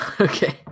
Okay